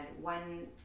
one